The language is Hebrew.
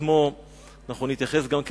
אנחנו נצביע אחר